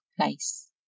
place